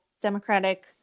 Democratic